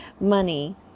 money